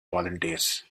volunteers